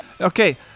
Okay